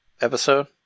episode